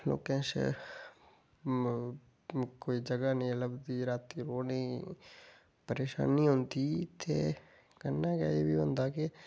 लोकें च कोई जगह नेईं लभदी रातीं ओह् नेईं परेशानी होंदी ते कन्नै गै एह् बी केह् होंदा के